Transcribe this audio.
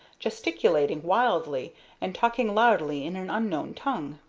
gesticulating wildly and talking loudly in an unknown tongue.